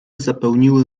zapełniły